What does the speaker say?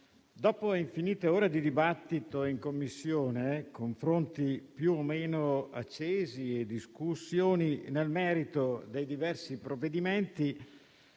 dopo infinite ore di dibattito in Commissione, confronti più o meno accesi e discussioni nel merito dei diversi provvedimenti